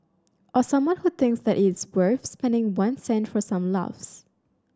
or someone who thinks that it is worth spending one cent for some laughs